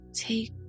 Take